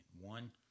One